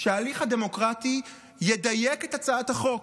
שההליך הדמוקרטי ידייק את הצעת החוק,